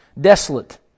desolate